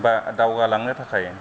बा दावगालांनो थाखाय